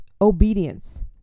obedience